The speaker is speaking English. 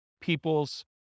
people's